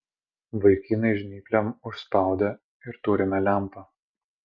vaikinai žnyplėm užspaudė ir turime lempą